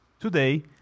Today